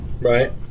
right